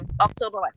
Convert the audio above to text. October